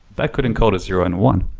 that could encode as zero and one.